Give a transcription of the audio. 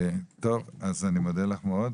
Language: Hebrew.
אני מודה לך מאוד.